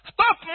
Stop